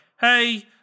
Hey